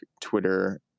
Twitter